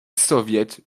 soviet